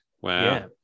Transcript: Wow